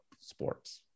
sports